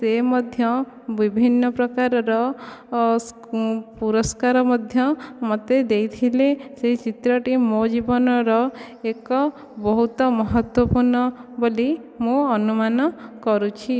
ସେ ମଧ୍ୟ ବିଭିନ୍ନ ପ୍ରକାରର ପୁରସ୍କାର ମଧ୍ୟ ମୋତେ ଦେଇଥିଲେ ସେହି ଚିତ୍ରଟି ମୋ ଜୀବନର ଏକ ବହୁତ ମହତ୍ୱପୂର୍ଣ୍ଣ ବୋଲି ମୁଁ ଅନୁମାନ କରୁଛି